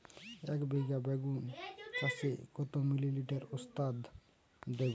একবিঘা বেগুন চাষে কত মিলি লিটার ওস্তাদ দেবো?